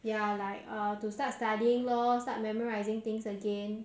ya like uh to start studying lor start memorising things again